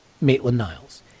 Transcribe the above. Maitland-Niles